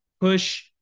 push